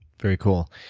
very cool.